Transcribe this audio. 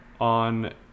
on